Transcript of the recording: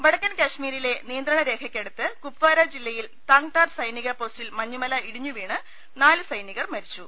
വടക്കൻ കശ്മീരിലെ നിയന്ത്രണ രേഖക്ക ടുത്ത് കുപ്വാര ജില്ലയിൽ താങ്താർ സൈനിക പോസ്റ്റിൽ മഞ്ഞുമല ഇടി ഞ്ഞുവീണ് നാല് സൈനികർ മരിച്ചു